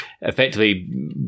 effectively